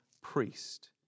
priest